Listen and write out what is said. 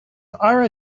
are